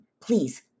please